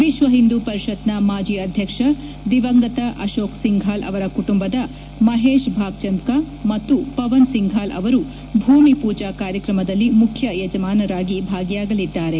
ವಿಶ್ವ ಹಿಂದೂ ಪರಿಷತ್ನ ಮಾಜಿ ಅಧ್ಯಕ್ಷ ದಿವಂಗತ ಅಶೋಕ್ ಸಿಂಘಾಲ್ ಅವರ ಕುಟುಂಬದ ಮಹೇಶ್ ಭಾಗ್ಚಾಂದ್ಕಾ ಮತ್ತು ಪವನ್ ಸಿಂಘಾಲ್ ಅವರು ಭೂಮಿ ಪೂಜಾ ಕಾರ್ಯಕ್ರಮದಲ್ಲಿ ಮುಖ್ಯ ಯಜಮಾನರಾಗಿ ಭಾಗಿಯಾಗಲಿದ್ದಾರೆ